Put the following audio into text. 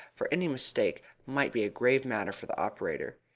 for any mistake might be a grave matter for the operator.